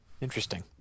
interesting